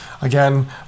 again